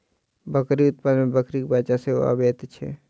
बकरी उत्पाद मे बकरीक बच्चा सेहो अबैत छै